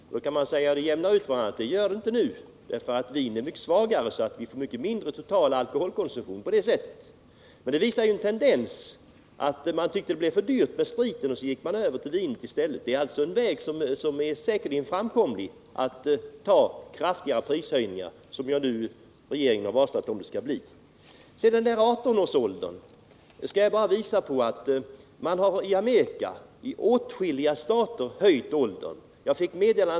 Man skulle kunna säga att det jämnar ut sig, men det gör det inte, därför att vin är mycket svagare. Därmed får vi en mycket lägre alkoholkonsumtion. Men det visar en tendens, nämligen att man tyckte det blev för dyrt med sprit och därför gick över till vin i stället. Att genomföra kraftigare prishöjningar är alltså en väg som säkert är framkomlig och som regeringen nu har varslat om att man skall använda sig av. När det gäller förslaget att sänka minimiåldern för inköp på Systembolaget till 18 år, kan jag visa på att man i åtskilliga stater i Amerika har höjt denna åldersgräns.